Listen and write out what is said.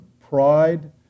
pride